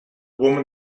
woman